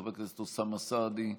חבר הכנסת אוסאמה סעדי,